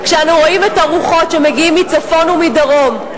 וכשאנו רואים את הרוחות שמגיעות מצפון ומדרום,